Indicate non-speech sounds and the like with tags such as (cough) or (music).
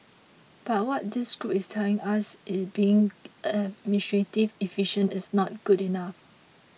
but what this group is telling us is being (noise) administratively efficient is not good enough